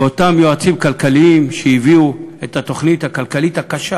באותם יועצים כלכליים שהביאו את התוכנית הכלכלית הקשה